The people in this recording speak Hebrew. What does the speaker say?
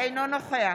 אינו נוכח